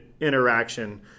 interaction